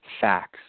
facts